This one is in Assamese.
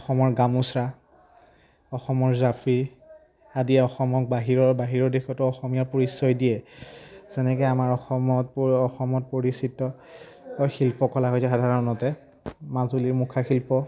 অসমৰ গামোচা অসমৰ জাপি আদি অসমক বাহিৰৰ বাহিৰৰ দেশতো অসমীয়া পৰিচয় দিয়ে যেনেকৈ আমাৰ অসমত অসমত পৰিচিত শিল্প কলা হৈছে সাধাৰণতে মাজুলীৰ মুখা শিল্প